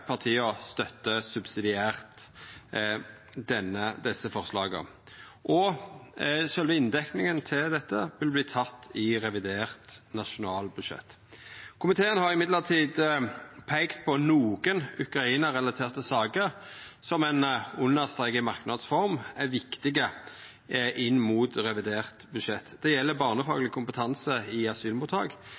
partia støttar subsidiært desse forslaga. Sjølve inndekninga til dette vil verta teken i revidert nasjonalbudsjett. Komiteen har likevel peikt på nokre Ukraina-relaterte saker som ein understrekar i merknads form er viktige inn mot revidert budsjett. Det gjeld barnefagleg kompetanse i asylmottak.